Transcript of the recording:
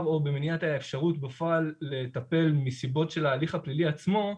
או במניעת האפשרות בפועל לטפל בנסיבות של ההליך הפלילי עצמו,